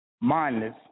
mindless